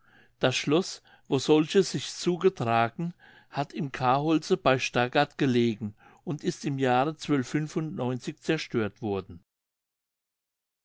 das schloß wo solches sich zugetragen hat im kaholze bei stargard gelegen und ist im jahre zerstört worden